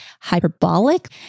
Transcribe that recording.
hyperbolic